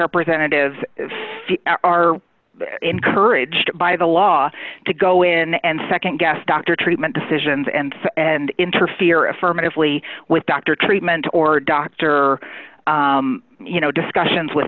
representatives are encouraged by the law to go in and nd guess doctor treatment decisions and and interfere affirmatively with doctor treatment or doctor you know discussions with